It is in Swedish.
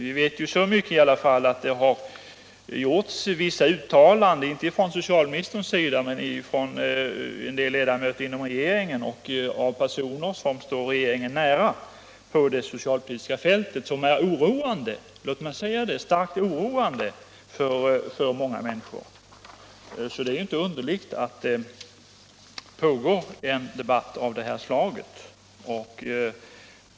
Vi vet i alla fall att det har gjorts vissa uttalanden — inte från socialministerns sida men av andra ledamöter i regeringen och av personer som står regeringen nära på det socialpolitiska fältet — som är starkt oroande för många människor. Det är därför inte underligt att det pågår en debatt av det här slaget.